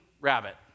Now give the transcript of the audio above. Rabbit